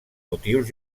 motius